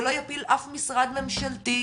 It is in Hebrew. זה לא יפיל משרד ממשלתי,